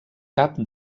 cap